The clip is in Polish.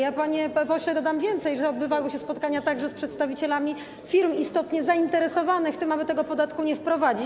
Ja, panie pośle, dodam więcej: odbywały się spotkania także z przedstawicielami firm istotnie zainteresowanych tym, aby tego podatku nie wprowadzić.